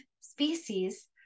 species